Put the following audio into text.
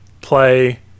play